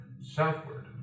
southward